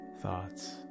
thoughts